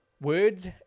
Words